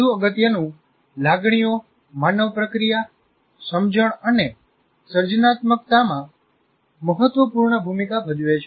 વધુ અગત્યનું લાગણીઓ માનવ પ્રક્રિયા સમજણ અને સર્જનાત્મકતામાં મહત્વપૂર્ણ ભૂમિકા ભજવે છે